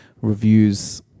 reviews